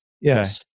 yes